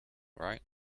right